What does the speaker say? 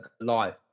live